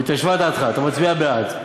התיישבה דעתך, אתה מצביע בעד.